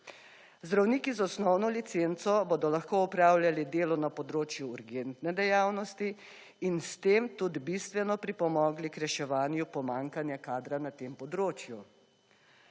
Zdravniki z osnovno licenco bodo lahko opravljali delo na področju urgentne dejavnosti in s tem tudi bistveno pripomogli k reševanju pomanjkanja kadra na tem področju.